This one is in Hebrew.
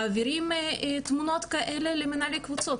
מעבירים תמונות כאלה למנהלי קבוצות,